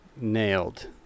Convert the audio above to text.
nailed